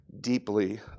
deeply